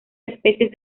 especies